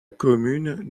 commune